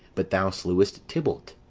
but thou slewest tybalt.